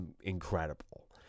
incredible